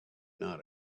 not